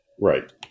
right